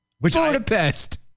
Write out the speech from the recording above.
Budapest